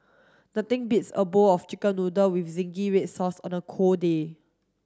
nothing beats a bowl of chicken noodle zingy red sauce on a cold day